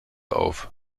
auf